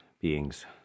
beings